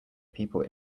people